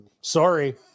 Sorry